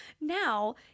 Now